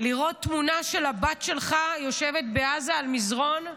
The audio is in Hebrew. לראות תמונה של הבת שלך יושבת בעזה על מזרן,